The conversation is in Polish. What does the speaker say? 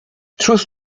cóż